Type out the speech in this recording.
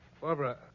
Barbara